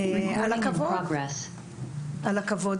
כל הכבוד על הכבוד